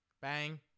Bang